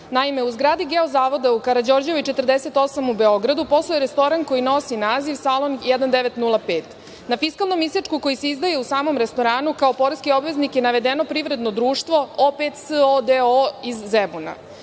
u zgradi Geozavoda u Karađorđevoj 48 u Beogradu posluje restoran koji nosi naziv „Salon 1905“. Na fiskalnom isečku koji se izdaje u samom restoranu kao poreski obveznik je navedeno privredno društvo „O5SO“ d.o.o iz Zemuna.